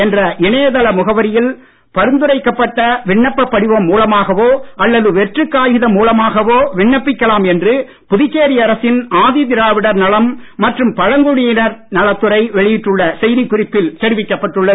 என்ற இணையதள முகவரியில் பரிந்துரைக்கப்பட்ட விண்ணப்பப் படிவம் மூலமாகவோ அல்லது வெற்று காகிதம் மூலமாகவோ விண்ணப்பிக்கலாம் என்று புதுச்சேரி அரசின் ஆதிதிராவிடர் நலம் மற்றும் பழங்குடியினர் நலத்துறை வெளியிட்டுள்ள செய்திக்குறிப்பில் தெரிவிக்கப்பட்டுள்ளது